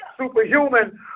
superhuman